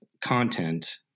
content